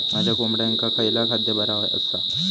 माझ्या कोंबड्यांका खयला खाद्य बरा आसा?